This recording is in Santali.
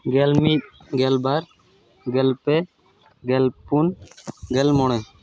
ᱜᱮᱞ ᱢᱤᱫ ᱜᱮᱞ ᱵᱟᱨ ᱜᱮᱞ ᱯᱮ ᱜᱮᱞ ᱯᱩᱱ ᱜᱮᱞ ᱢᱚᱬᱮ